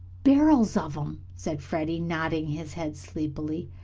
barrels of them, said freddie, nodding his head sleepily.